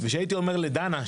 כשהייתי אומר לדנה,